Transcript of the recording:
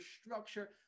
structure